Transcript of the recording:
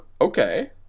okay